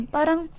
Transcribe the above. Parang